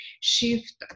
shift